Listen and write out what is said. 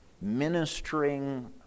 Ministering